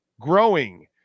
growing